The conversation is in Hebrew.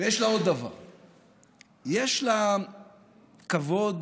ויש לה עוד דבר: יש לה כבוד